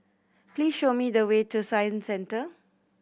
please show me the way to Science Centre